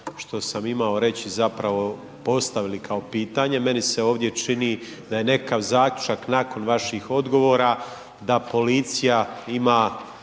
što sam imao reći zapravo postavili kao pitanje, meni se ovdje čini da je nekakav zaključak nakon vaših odgovora da policija ima